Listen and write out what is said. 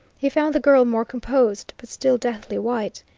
he found the girl more composed but still deathly white.